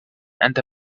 and